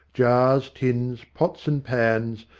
jars, tins, pots and pans,